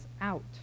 out